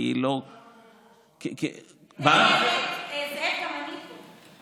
לזה גם אני פה.